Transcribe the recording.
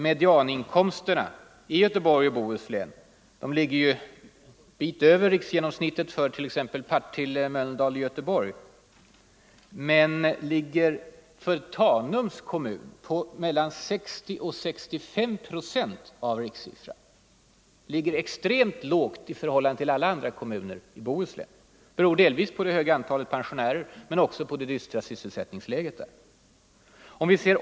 Medianinkomsten i Göteborg och Bohus län ligger en bit över riksgenomsnittet för t.ex. kommunerna Partille, Mölndal och Göteborg, men för Tanums kommun ligger den på mellan 60 och 65 procent av rikssiffran. Det är extremt lågt i förhållande till alla andra kommuner i Bohuslän, beroende delvis på det höga antalet pensionärer men också på det dystra sysselsättningsläget.